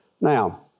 Now